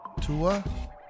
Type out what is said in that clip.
Tua